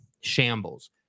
shambles